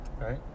right